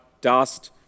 dust